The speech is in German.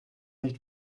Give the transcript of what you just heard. nicht